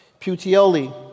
Puteoli